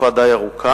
תקופה די ארוכה.